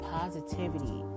positivity